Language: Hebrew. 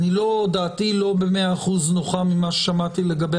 דעתי לא במאה אחוז נוחה ממה ששמעתי לגבי